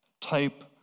type